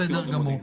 בסדר גמור.